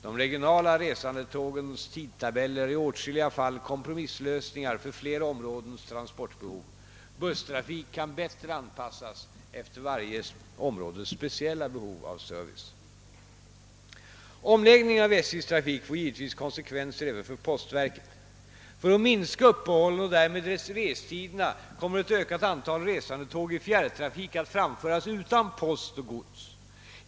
De regionala resandetågens tidtabeller är i åtskilliga fall kompromisslösningar för flera områdens transportbehov. Busstrafik kan bättre anpassas efter varje områdes speciella behov av service. Omläggningen av SJ:s trafik får givetvis konsekvenser även för postver ket. För att minska uppehållen och därmed restiderna kommer ett ökat antal resandetåg i fjärrtrafik att framföras utan post och gods.